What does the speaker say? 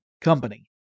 company